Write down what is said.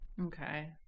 Okay